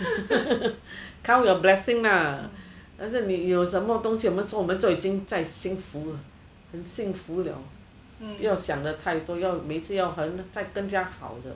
count your blessing ah 但是你有什么东西我们说我们就已经在幸福了很幸福了不要想的太多每次要更加好的